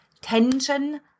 tension